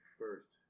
first